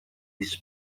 this